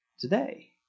today